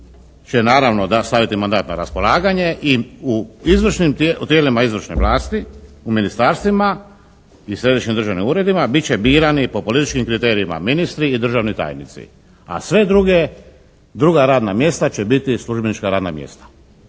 će naravno staviti mandat na raspolaganje i u izvršnim, u tijelima izvršne vlasti, u ministarstvima i središnjim državnim uredima bit će birani po političkim kriterijima ministri i državni tajnici, a sva druga radna mjesta će biti službenička radna mjesta.